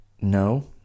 no